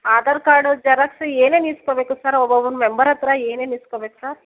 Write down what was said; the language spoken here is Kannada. ಆಧಾರ್ ಕಾರ್ಡು ಜರಾಕ್ಸು ಏನೇನು ಇಸ್ಕೊಳ್ಬೇಕು ಸರ್ ಒಬ್ಬೊಬ್ರು ಮೆಂಬರ್ ಹತ್ರ ಏನೇನು ಇಸ್ಕೋಬೇಕು ಸರ್